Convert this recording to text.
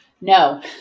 No